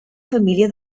família